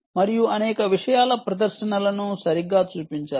మరియు అనేక విషయాల ప్రదర్శనలను సరిగ్గా చూపించారు